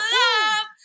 love